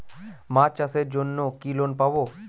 মাছ চাষের জন্য কি লোন পাব?